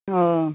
ओ